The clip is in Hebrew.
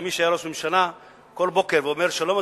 בוקר למי שהיה ראש ממשלה ואומר: שלום,